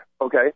okay